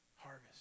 harvest